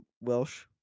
Welsh